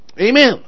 Amen